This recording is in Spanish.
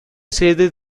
sede